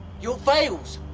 your veils,